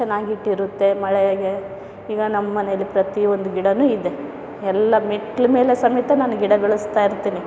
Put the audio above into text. ಚೆನ್ನಾಗಿ ಇಟ್ಟಿರುತ್ತೆ ಮಳೆಗೆ ಈಗ ನಮ್ಮ ಮನೆಯಲ್ಲಿ ಪ್ರತಿಯೊಂದು ಗಿಡವೂ ಇದೆ ಎಲ್ಲ ಮೆಟ್ಲು ಮೇಲೆ ಸಮೇತ ನಾನು ಗಿಡ ಬೆಳೆಸ್ತಾಯಿರ್ತೀನಿ